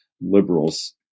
liberals